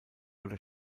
oder